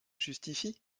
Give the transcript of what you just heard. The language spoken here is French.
justifie